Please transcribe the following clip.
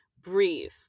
breathe